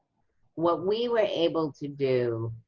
what we were able to do